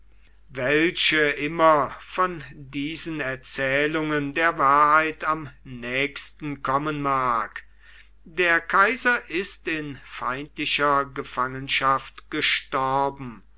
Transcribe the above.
welche immer von diesen erzählungen der wahrheit am nächsten kommen mag der kaiser ist in feindlicher gefangenschaft gestorben